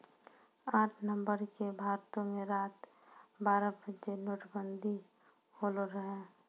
आठ नवम्बर के भारतो मे रात बारह बजे नोटबंदी होलो रहै